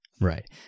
Right